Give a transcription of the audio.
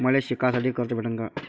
मले शिकासाठी कर्ज भेटन का?